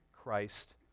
Christ